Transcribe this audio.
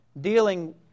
dealing